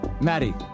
Maddie